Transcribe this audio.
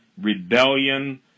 rebellion